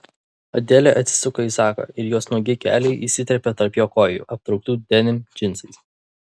adelė atsisuko į zaką ir jos nuogi keliai įsiterpė tarp jo kojų aptrauktų denim džinsais